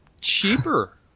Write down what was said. cheaper